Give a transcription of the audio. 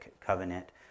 covenant